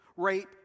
rape